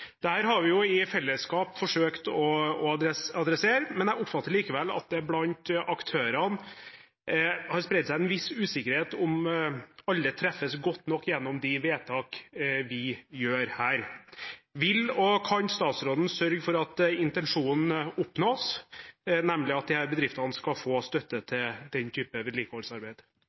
har vi i fellesskap forsøkt å adressere, men jeg oppfatter likevel at det blant aktørene har spredt seg en viss usikkerhet om alle treffes godt nok gjennom de vedtak vi gjør her. Vil og kan statsråden sørge for at intensjonen oppnås, nemlig at disse bedriftene skal få støtte til den typen vedlikeholdsarbeid?